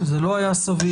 זה לא היה סביר.